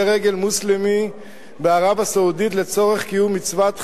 רגל מוסלמי בערב-הסעודית לצורך קיום מצוות חאג'